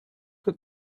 that